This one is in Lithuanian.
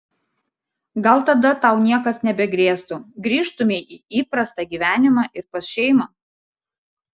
gal tada tau niekas nebegrėstų grįžtumei į įprastą gyvenimą ir pas šeimą